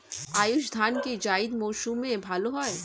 আউশ ধান কি জায়িদ মরসুমে ভালো হয়?